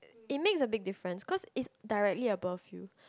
it makes a big difference cause it's directly above you